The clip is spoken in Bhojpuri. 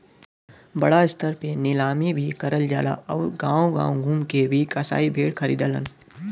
बड़ा स्तर पे नीलामी भी करल जाला आउर गांव गांव घूम के भी कसाई भेड़ खरीदलन